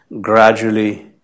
gradually